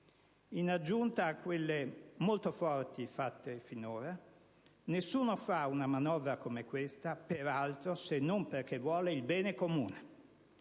In aggiunta a quelle molto forti fatte finora, nessuno fa una manovra come questa, peraltro, se non perché vuole il bene comune.